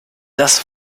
das